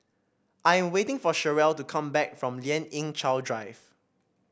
I am waiting for Cherelle to come back from Lien Ying Chow Drive